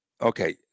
okay